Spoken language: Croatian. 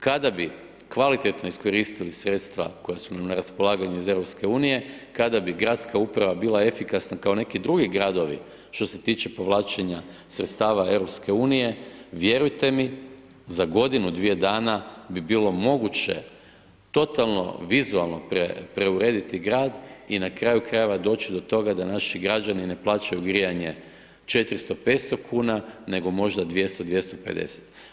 Kada bi kvalitetno iskoristili sredstva koja su nam na raspolaganju iz Europske unije, kada bi gradska uprava bila efikasna kao neki drugi gradovi što se tiče povlačenja sredstava EU, vjerujte mi, za godinu, dvije dana, bi bilo moguće totalno vizualno preurediti grad i na kraju krajeva doći do toga da naši građani ne plaćaju grijanje 400, 500 kn, nego možda 200, 250.